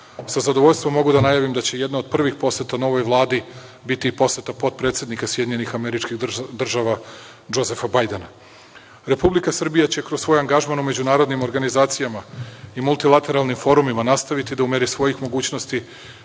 zadovoljstvom mogu da najavim da će jedna od prvih poseta novoj Vladi biti i poseta potpredsednika SAD Džozefa Bajdena. Republika Srbija će kroz svoj angažman u međunarodnim organizacijama i multilateralnim forumima nastaviti da u meri svojih mogućnosti